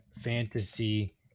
fantasy